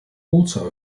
also